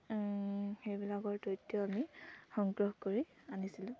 সেইবিলাকৰ তথ্য আমি সংগ্ৰহ কৰি আনিছিলোঁ